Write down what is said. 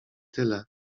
tyle